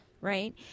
right